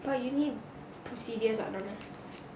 but you need procedures [what] no meh